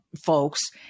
folks